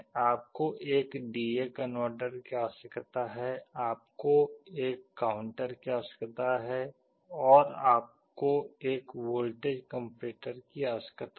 आपको एक D A converter की आवश्यकता है आपको एक काउंटर की आवश्यकता है और आपको एक वोल्टेज कम्पेरेटर की आवश्यकता है